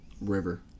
River